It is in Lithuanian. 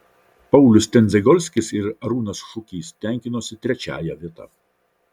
paulius tendzegolskis ir arūnas šukys tenkinosi trečiąja vieta